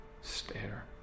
stare